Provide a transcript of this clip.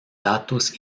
datos